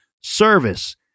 service